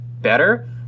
better